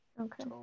Okay